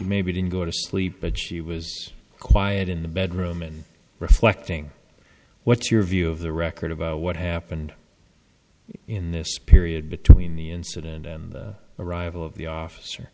maybe didn't go to sleep but she was quiet in the bedroom and reflecting what's your view of the record about what happened in this period between the incident and arrival of the officer